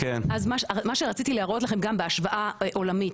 אז מה שרציתי להראות לכם גם בהשוואה עולמית,